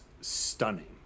stunning